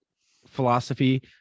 philosophy –